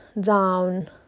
down